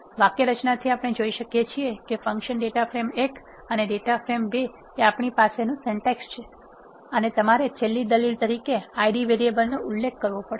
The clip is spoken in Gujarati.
વાક્યરચનાથી આપણે જોઈ શકીએ છીએ કે ફંક્શન ડેટા ફ્રેમ 1 અને ડેટા ફ્રેમ 2 એ આપણી પાસેનો સિન્ટેક્સ છે અને તમારે છેલ્લી દલીલ તરીકે Id વેરીએબલનો ઉલ્લેખ કરવો પડશે